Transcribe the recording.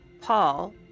Paul